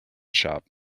shop